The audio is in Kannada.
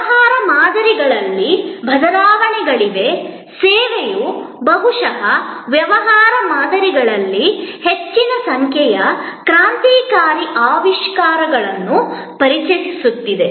ವ್ಯವಹಾರ ಮಾದರಿಗಳಲ್ಲಿ ಬದಲಾವಣೆಗಳಿವೆ ಸೇವೆಯು ಬಹುಶಃ ವ್ಯವಹಾರ ಮಾದರಿಗಳಲ್ಲಿ ಹೆಚ್ಚಿನ ಸಂಖ್ಯೆಯ ಕ್ರಾಂತಿಕಾರಿ ಆವಿಷ್ಕಾರಗಳನ್ನು ಪರಿಚಯಿಸುತ್ತಿದೆ